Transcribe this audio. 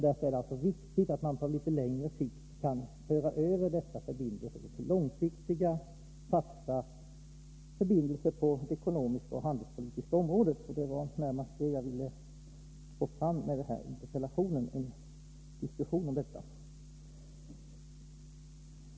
Därför är det viktigt att man ser till att dessa förbindelser blir långsiktiga, fasta förbindelser på det ekonomiska och handelspolitiska området. Det var närmast en diskussion om detta som jag ville få fram med denna interpellation.